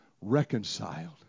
reconciled